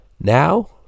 now